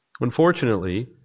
Unfortunately